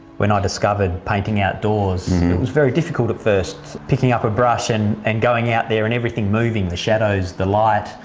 when i discovered painting outdoors it was very difficult at first, picking up a brush and and going out there. and everything moving the shadows, the light.